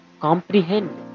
comprehend